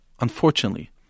unfortunately